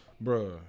bro